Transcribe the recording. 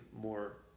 more